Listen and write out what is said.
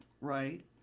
Right